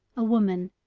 a woman,